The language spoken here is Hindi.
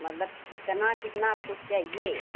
मतलब कितना कितना आपको चाहिए